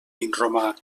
vinromà